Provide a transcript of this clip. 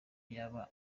yaba